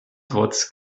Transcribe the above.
trotz